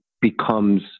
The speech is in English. becomes